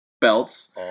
belts